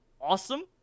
awesome